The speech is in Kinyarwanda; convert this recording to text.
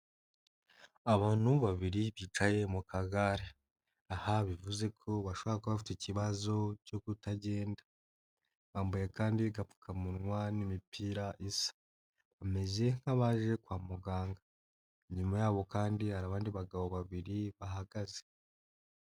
Abantu babiri bicaye mu kagare. Aha bivuze ko bashobora kuba bafite ikibazo cyo kutagenda, bambaye kandi agapfukamunwa n'imipira isa. Bameze nk'abaje kwa muganga. Inyuma yabo kandi hari abandi bagabo babiri bahagaze.